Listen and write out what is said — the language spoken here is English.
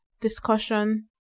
discussion